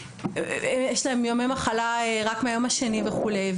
יש להן ימי מחלה רק מהיום השני וכולי,